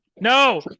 No